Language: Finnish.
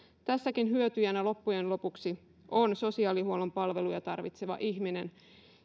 tässäkin hyötyjänä loppujen lopuksi on sosiaalihuollon palveluja tarvitseva ihminen